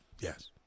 Yes